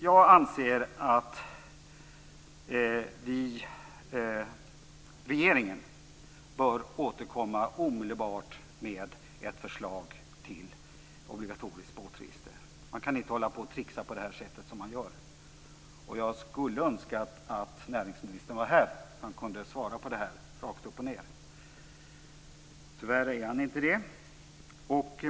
Jag anser att regeringen bör återkomma omedelbart med ett förslag till obligatoriskt båtregister. Man kan inte hålla på och tricksa på det sätt som man gör. Jag önskar att näringsministern hade varit här och kunde svara på det här rakt upp och ned. Tyvärr är han inte det.